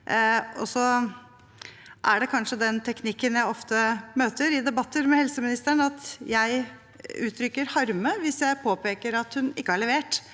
er det kanskje den teknikken jeg ofte møter i debatter med helseministeren, at jeg uttrykker harme hvis jeg påpeker at hun ikke har levert